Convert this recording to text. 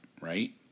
right